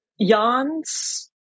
Jan's